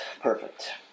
Perfect